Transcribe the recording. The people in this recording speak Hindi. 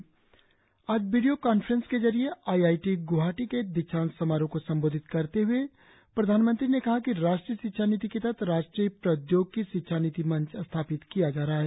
उन्होंने आज वीडियो कांफ्रेंस के जरिए आई आई टी ग्वाहाटी के दीक्षांत समारोह को संबोधित करते हए कहा कि राष्ट्रीय शिक्षा नीति के तहत राष्ट्रीय प्रौद्योगिकी शिक्षा नीति मंच स्थापित किया जा रहा है